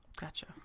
Gotcha